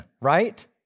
right